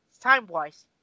time-wise